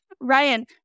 Ryan